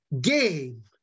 game